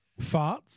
Farts